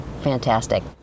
fantastic